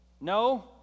no